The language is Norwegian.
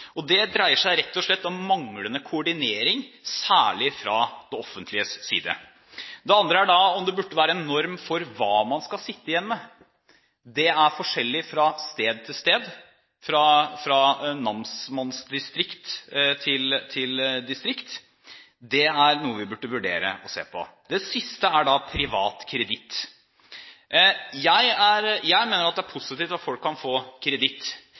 Det dreier seg rett og slett om manglende koordinering, særlig fra det offentliges side. Det andre er om det burde være en norm for hva man skal sitte igjen med. Det er forskjellig fra sted til sted, fra namsmannsdistrikt til -distrikt. Det er noe vi burde vurdere å se på. Det siste er privat kreditt. Jeg mener det er positivt at folk kan få kreditt,